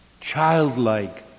Childlike